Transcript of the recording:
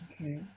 okay